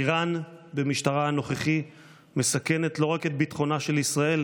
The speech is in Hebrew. איראן במשטרה הנוכחי מסכנת לא רק את ביטחונה של ישראל,